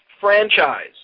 franchise